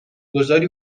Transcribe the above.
گذاری